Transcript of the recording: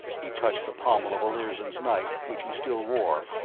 he touched the pommel of olirzon's knife, which he still wore.